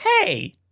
Hey